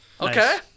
Okay